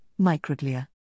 microglia